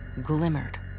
glimmered